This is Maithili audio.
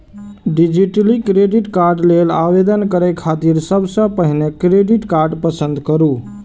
डिजिटली क्रेडिट कार्ड लेल आवेदन करै खातिर सबसं पहिने क्रेडिट कार्ड पसंद करू